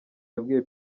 yabwiye